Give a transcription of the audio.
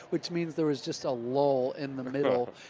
which means there was just a lull in the middle,